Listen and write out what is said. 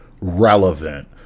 relevant